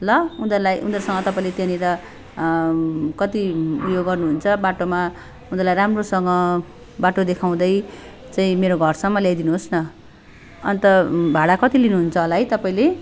ल उनीहरूलाई उनीहरूसँग तपाईँले त्यहाँनिर कत्ति उयो गर्नुहुन्छ बाटोमा उनीहरूलाई राम्रोसँग बाटो देखाउँदै चाहिँ मेरो घरसम्म ल्याइदिनु होस् न अन्त भाडा कति लिनुहुन्छ होला है तपाईँले